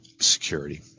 security